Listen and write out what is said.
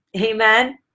Amen